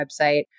website